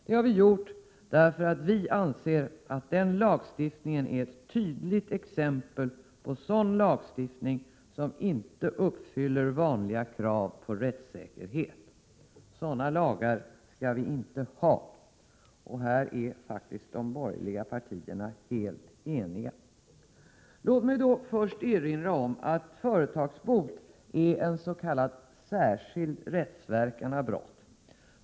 Det har vi gjort därför att vi anser att den lagstiftningen är ett tydligt exempel på sådan lagstiftning som inte uppfyller vanliga krav på rättssäkerhet — sådana lagar skall vi inte ha. Och på den punkten är de borgerliga partierna faktiskt helt eniga. Låt mig först erinra om att företagsbot är en s.k. särskild rättsverkan av brott.